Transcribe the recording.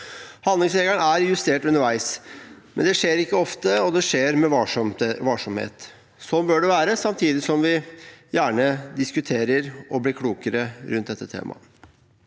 Handlingsregelen er justert underveis, men det skjer ikke ofte, og det skjer med varsomhet. Sånn bør det være, samtidig som vi gjerne diskuterer og blir klokere rundt dette temaet.